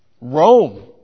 Rome